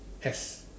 S